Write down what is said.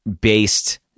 based